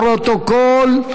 לפרוטוקול,